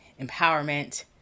empowerment